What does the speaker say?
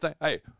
hey